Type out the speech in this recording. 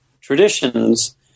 traditions